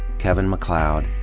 kevin maccleod,